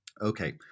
Okay